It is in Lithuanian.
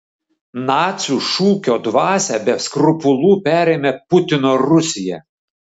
nacių šūkio dvasią be skrupulų perėmė putino rusija